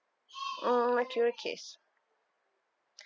mm okay okay